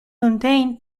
mundane